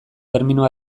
termino